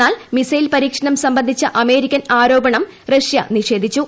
എന്നാൽ മിസൈൽ പരീക്ഷണം സംബന്ധിച്ച അമേരിക്കൻ ആരോപണം റഷ്യ നിഷേധിച്ചു